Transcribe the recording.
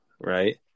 right